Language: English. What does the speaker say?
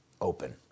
open